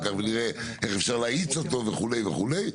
כך ונראה איך אפשר להאיץ אותו וכו' וכו',